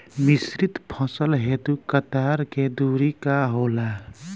मिश्रित फसल हेतु कतार के दूरी का होला?